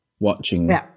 watching